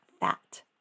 fat